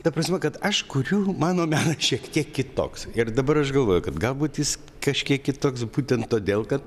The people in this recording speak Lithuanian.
ta prasme kad aš kuriu mano menas šiek tiek kitoks ir dabar aš galvoju kad gal būt jis kažkiek kitoks būtent todėl kad